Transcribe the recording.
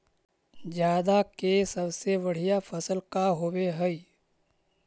जादा के सबसे बढ़िया फसल का होवे हई?